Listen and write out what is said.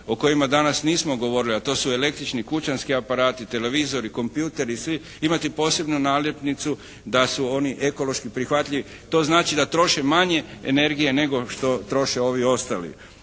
o kojima danas nismo govorili, a to su električni kućanski aparati, televizori, kompjuteri, svi imati posebnu naljepnicu da su oni ekološki prihvatljivi. To znači da troše manje energije nego što troše ovi ostali.